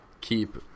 keep